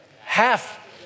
half